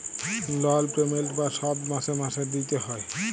লল পেমেল্ট বা শধ মাসে মাসে দিইতে হ্যয়